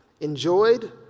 enjoyed